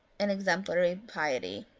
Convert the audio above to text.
and exemplary piety,